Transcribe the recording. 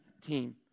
team